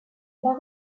pas